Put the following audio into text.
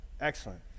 Excellent